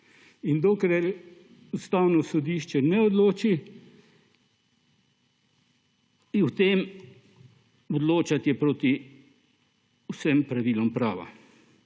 Dokler Ustavno sodišče ne odloči, je o tem odločati proti vsem pravilom prava.